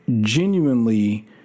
genuinely